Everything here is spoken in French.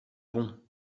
bon